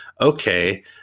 okay